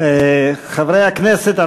חברי הכנסת,